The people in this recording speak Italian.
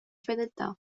fedeltà